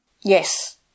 Yes